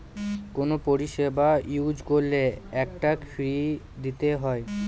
কোনো পরিষেবা ইউজ করলে একটা ফী দিতে হয়